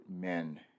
men